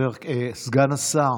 סגן השר,